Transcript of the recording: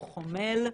הוא חומל,